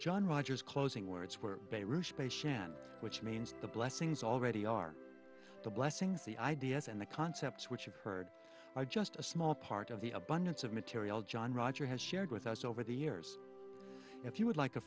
john rogers closing words were a sand which means the blessings already are the blessings the ideas and the concepts which you've heard are just a small part of the abundance of material john roger has shared with us over the years if you would like a